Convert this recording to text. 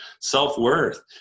self-worth